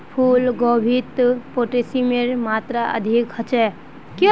फूल गोभीत पोटेशियमेर मात्रा अधिक ह छे